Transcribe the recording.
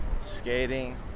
Skating